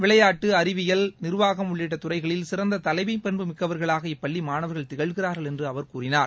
விளையாட்டு அறிவியல் நிர்வாகம் உள்ளிட்ட துறைகளில் சிறந்த தலைமை பண்பு மிக்கவர்களாக இப்பள்ளி மாணவர்கள் திகழ்கிறார்கள் என்று அவர் கூறினார்